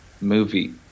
movie